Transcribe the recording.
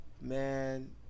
man